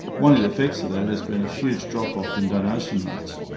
one of the effects of that has been a huge drop-off in donation rates,